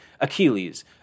achilles